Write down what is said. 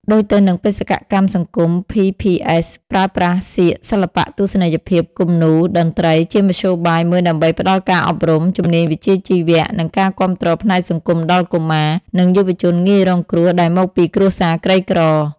ដូចទៅនឹងបេសកកម្មសង្គម ភី ភី អេស ប្រើប្រាស់ សៀក សិល្បៈទស្សនីយភាព គំនូរ តន្ត្រី ជាមធ្យោបាយមួយដើម្បីផ្តល់ការអប់រំ ជំនាញវិជ្ជាជីវៈ និងការគាំទ្រផ្នែកសង្គមដល់កុមារ និងយុវជនងាយរងគ្រោះ ដែលមកពីគ្រួសារក្រីក្រ ។